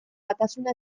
batasuna